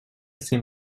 ces